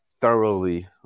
thoroughly